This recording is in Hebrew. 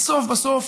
בסוף בסוף